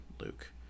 luke